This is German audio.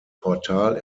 portal